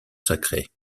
sacrée